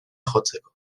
jotzeko